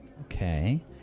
Okay